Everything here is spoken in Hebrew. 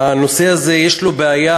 הנושא הזה יש בו בעיה,